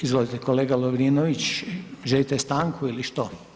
Izvolite kolega Lovrinović, želite stanku ili što?